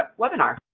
ah webinar.